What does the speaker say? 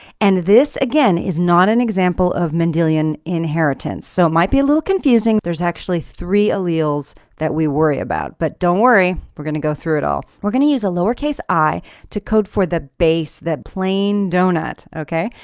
and this again is not an example of mendelian inheritance. so it might be a little confusing. there's actually three alleles that we worry about. but don't worry we're going to go through it all. we're going to use a lowercase i to code for the base, that plain donut. okay?